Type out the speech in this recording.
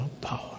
power